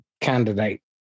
candidate